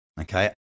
Okay